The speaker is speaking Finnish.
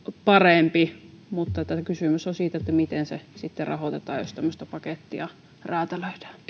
parempi mutta kysymys on siitä miten se sitten rahoitetaan jos tämmöistä pakettia räätälöidään